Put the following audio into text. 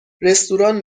رستوران